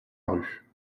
rue